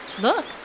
Look